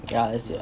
yeah that's it ah